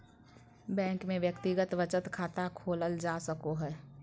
bank में व्यक्तिगत बचत खाता खोलल जा सको हइ